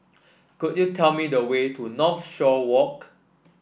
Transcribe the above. could you tell me the way to Northshore Walk